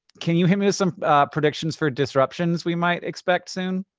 can you hit me with some predictions for disruptions we might expect soon?